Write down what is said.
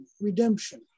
redemption